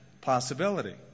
possibility